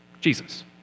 Jesus